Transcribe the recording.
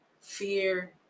fear